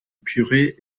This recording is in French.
épuré